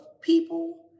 people